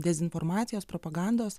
dezinformacijos propagandos